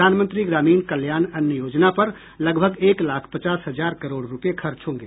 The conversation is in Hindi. प्रधानमंत्री ग्रामीण कल्याण अन्न योजना पर लगभग एक लाख पचास हजार करोड़ रुपये खर्च होंगे